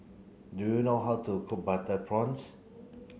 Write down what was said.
do you know how to cook butter prawns